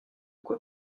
quoi